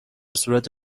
صورت